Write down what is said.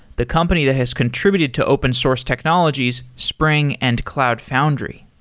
the company that has contributed to open source technologies, spring and cloud foundry.